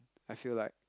I feel like